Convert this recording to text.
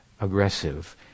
aggressive